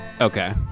Okay